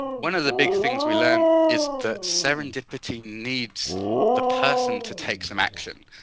one of the big things we learned is that serendipity needs the person to take some action.